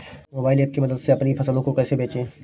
Mobile app की मदद से अपनी फसलों को कैसे बेचें?